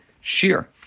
sheer